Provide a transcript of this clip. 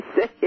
say